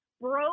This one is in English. broke